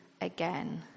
again